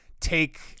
take